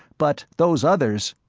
but those others?